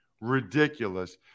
ridiculous